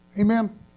Amen